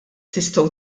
tistgħu